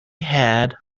had